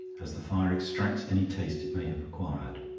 as the fire extracts any taste it may have acquired.